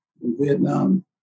Vietnam